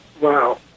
wow